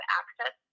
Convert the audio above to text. access